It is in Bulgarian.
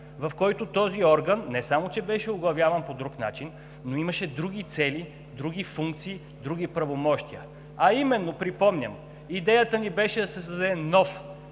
в който този орган не само че беше оглавяван по друг начин, но имаше други цели, други функции, други правомощия. А именно, припомням: идеята ни беше да се създаде нов,